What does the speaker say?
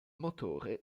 motore